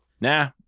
nah